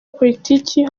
politiki